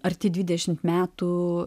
arti dvidešimt metų